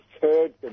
third